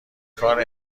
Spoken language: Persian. کار